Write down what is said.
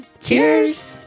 cheers